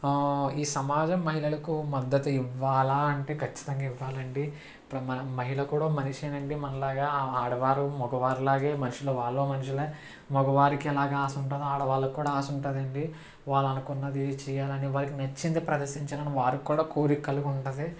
ఈ సమాజం మహిళలకు మద్దతు ఇవ్వాలా అంటే ఖచ్చితంగా ఇవ్వాలండి ఇప్పుడు మనం మహిళ కూడా మనిషే అండి మన లాగా ఆడవారు మగవారి లాగే మనుషులు వాళ్ళు మనుషులే మగవారికి ఎలాగా ఆశ ఉంటుందో ఆడవాళ్ళకు కూడా ఆశ ఉంటుందండి వాళ్ళు అనుకున్నది చేయాలని వారికి నచ్చింది ప్రదర్శించాలని వారు కూడా కోరిక కలిగివుండదు